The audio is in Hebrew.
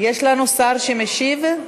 יש לנו שר שמשיב?